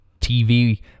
TV